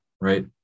Right